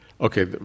Okay